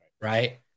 right